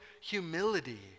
humility